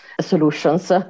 solutions